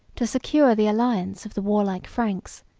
to secure the alliance of the warlike franks,